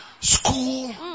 school